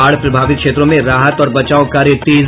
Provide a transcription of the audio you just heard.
बाढ़ प्रभावित क्षेत्रों में राहत और बचाव कार्य तेज